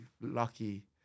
lucky